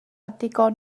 digon